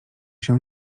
się